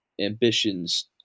ambitions